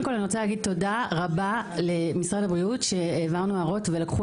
ראשית אני רוצה לומר תודה רבה למשרד הבריאות שהעברנו הערות ולקחו